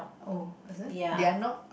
oh is it they are not